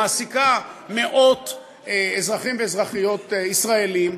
מעסיקה מאות אזרחים ואזרחיות ישראלים,